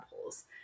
holes